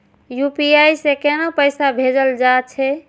UPI से केना पैसा भेजल जा छे?